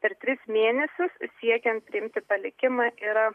per tris mėnesius siekiant priimti palikimą yra